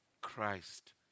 Christ